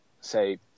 say